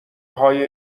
های